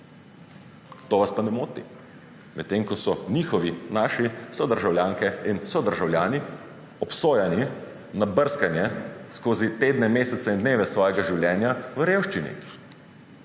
To vas pa ne moti. Medtem ko so njihovi, naši sodržavljanke in sodržavljani obsojeni na brskanje skozi tedne, mesece in dneve svojega življenja v revščini.